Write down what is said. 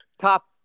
top